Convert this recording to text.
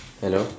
hello